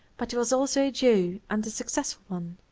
but he was also a jew and a successful one.